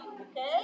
okay